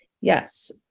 Yes